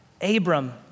Abram